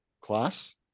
class